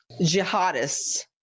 jihadists